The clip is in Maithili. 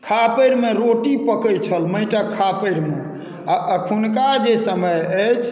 खापरिमे रोटी पकैत छल माटिक खापरिमे आ एखुनका जे समय अछि